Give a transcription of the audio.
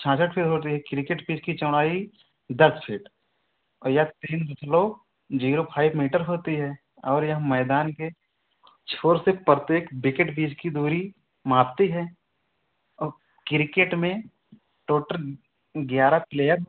छियासठ फ़िट होती है किर्केट पिच की चौड़ाई दस फ़िट और या तीन दशमलव जीरो फाइव मीटर होती है और यह मैदान के छोर से प्रत्येक बिकेट बीच की दूरी मापती है और किर्केट में टोटल ग्यारह प्लेयर